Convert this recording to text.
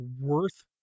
worth